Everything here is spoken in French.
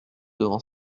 devant